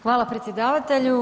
Hvala predsjedavatelju.